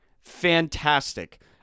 Fantastic